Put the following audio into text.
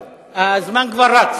הזמן כבר רץ.